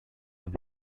have